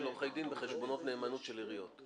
עורכי דין בחשבונות נאמנות של עיריות?